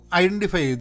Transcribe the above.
identify